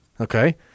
okay